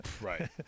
Right